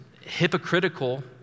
hypocritical